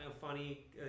funny